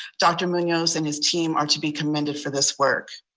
dr. munoz and his team are to be commended for this work.